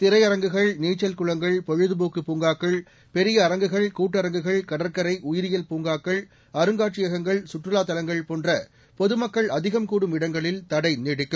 திரையரங்குகள் நீச்சல்குளங்கள் பொழுதுபோக்கு பூங்காக்கள் பெரிய அரங்குகள் கூட்டரங்குகள் கடற்கரை உயிரியல் பூங்காக்கள் அருங்காட்சியகங்கள் கற்றுவாத் தலங்கள் போன்ற பொதுமக்கள் அதிகம் கூடும் இடங்களில் தடை நீடிக்கும்